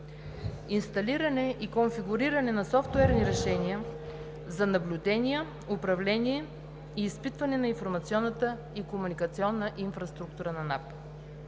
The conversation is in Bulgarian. инсталиране и конфигуриране на софтуерни решения за наблюдения, управление и изпитване на информационната и комуникационната инфраструктура на НАП.